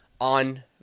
on